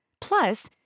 Plus